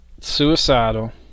suicidal